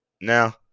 Now